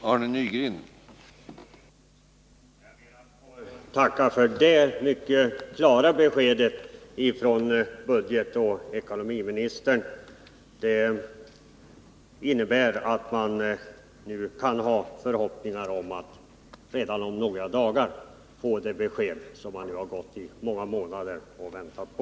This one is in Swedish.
Herr talman! Jag ber att få tacka för detta mycket klara besked från budgetoch ekonomiministern. Det innebär att man nu kan ha förhoppningar om att redan om några dagar få det besked som man i många månader har väntat på.